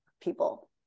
people